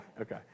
Okay